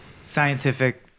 scientific